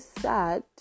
sad